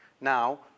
Now